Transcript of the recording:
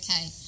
Okay